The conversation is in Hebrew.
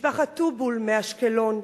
משפחת טובול מאשקלון.